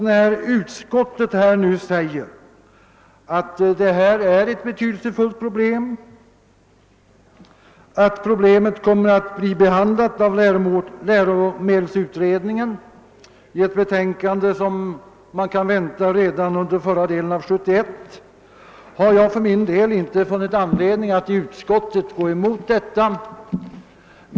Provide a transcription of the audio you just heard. När utskottet nu säger att detta är ett betydelsefullt problem som >kommer att bli behandlat av läromedelsutredningen i ett betänkande, som är att vänta under förra delen av år 1971>, har jag för min del inte funnit anledning att reservera mig mot utlåtandet.